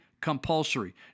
compulsory